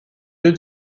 deux